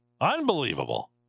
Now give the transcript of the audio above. Unbelievable